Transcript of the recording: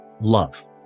love